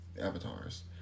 avatars